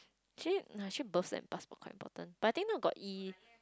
actually~ no actually both lap like quite important but then got if